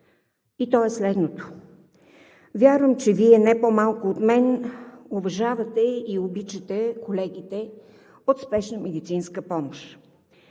и то е следното. Вярвам, че Вие не по-малко от мен уважавате и обичате колегите от Спешна медицинска помощ.